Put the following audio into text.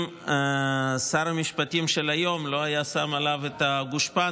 אם שר המשפטים של היום לא היה שם עליו את הגושפנקה